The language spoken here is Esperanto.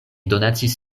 donacis